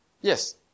Yes